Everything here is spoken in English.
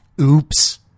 Oops